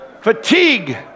fatigue